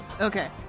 okay